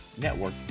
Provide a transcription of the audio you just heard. network